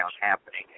happening